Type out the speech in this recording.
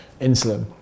insulin